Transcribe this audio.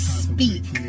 speak